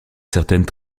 certaines